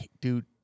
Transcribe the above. dude